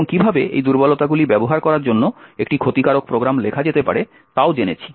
এবং কীভাবে এই দুর্বলতাগুলি ব্যবহার করার জন্য একটি ক্ষতিকারক প্রোগ্রাম লেখা যেতে পারে তাও জেনেছি